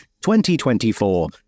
2024